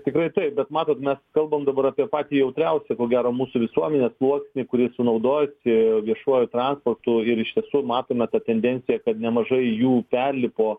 tikrai taip bet matot mes kalbam dabar apie patį jautriausią ko gero mūsų visuomenės sluoksnį kuris sunaudojasi viešuoju transportu ir iš tiesų matome tą tendenciją kad nemažai jų perlipo